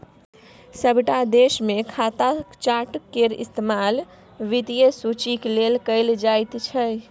सभटा देशमे खाता चार्ट केर इस्तेमाल वित्तीय सूचीक लेल कैल जाइत छै